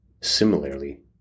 Similarly